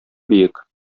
биек